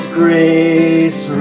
grace